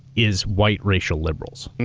is white racial liberals.